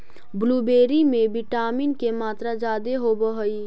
blueberry में vitamin के मात्रा जादे होब हई